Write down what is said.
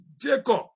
Jacob